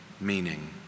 meaning